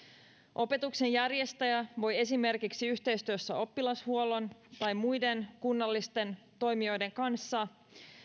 opetuksen järjestäjä voi esimerkiksi yhteistyössä oppilashuollon tai muiden kunnallisten toimijoiden kanssa